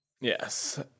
Yes